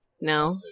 No